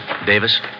Davis